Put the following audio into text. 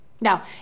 Now